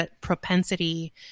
propensity